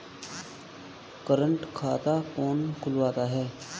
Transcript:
Current खाता कौन खुलवाता है?